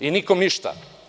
I nikom ništa.